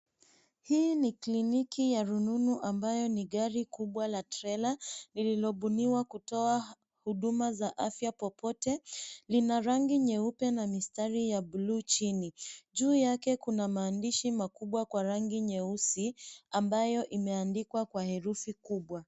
Hii ni kliniki ya rununu ambayo ni gari kubwa la trela lililobuniwa kutoa huduma za afya popote. Lina rangi nyeupe na mistari ya buluu chini. Juu yake kuna maandishi makubwa kwa rangi nyeusi ambayo imeandikwa kwa herufi kubwa.